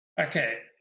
Okay